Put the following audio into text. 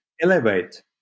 elevate